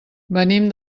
venim